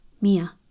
Mia